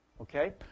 okay